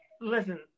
listen